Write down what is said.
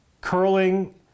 curling